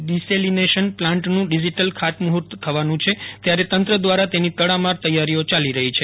desalination પ્લાન્ટનું digital ખાતમુહૂર્ત થવાનું છે ત્યારે તંત્ર દ્વારા તેની તડામાર તૈથારીઓ ચાલી રહી છે